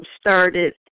started